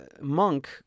monk